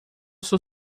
seu